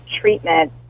treatment